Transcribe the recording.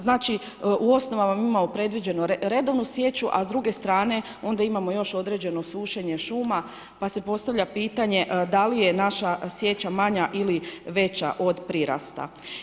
Znači, u osnovama mi imamo predviđenu redovnu sječu, a s druge strane onda imamo još određeno sušenje šuma, pa se postavlja pitanje, da li je naša sječa manja ili veća od prirasta.